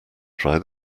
try